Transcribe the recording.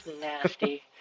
nasty